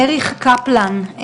אריק קפלן,